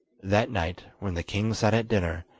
that night, when the king sat at dinner,